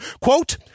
quote